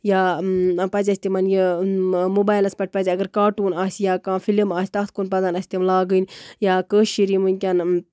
یا پَزِ اَسہِ تِمن یہِ موبایلَس پٮ۪ٹھ پَزِ اَگر کاٹوٗن آسہِ یا کانہہ فلِم آسہِ تَتھ کُن پَزَن اَسہِ تِم لاگٕنۍ یا کٲشِر یِم وٕنکیٚن